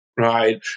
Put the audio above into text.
Right